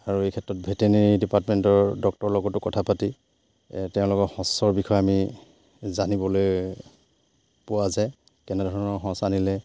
আৰু এই ক্ষেত্ৰত ভেটেনেৰি ডিপাৰ্টমেণ্টৰ ডক্টৰৰ লগতো কথা পাতি তেওঁলোকৰ সঁচৰ বিষয়ে আমি জানিবলৈ পোৱা যায় কেনেধৰণৰ সঁচ আনিলে